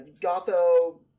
Gotho